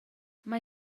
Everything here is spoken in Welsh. mae